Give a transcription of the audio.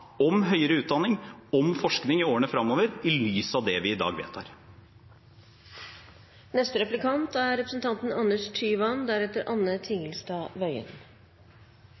om høyere utdanning og forskning i årene fremover, i lys av det vi i dag vedtar. Jeg er